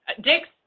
Dix